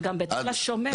זה גם בתל השומר.